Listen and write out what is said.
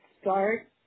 start